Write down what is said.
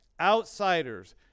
outsiders